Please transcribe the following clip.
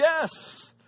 yes